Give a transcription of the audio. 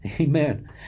Amen